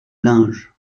linge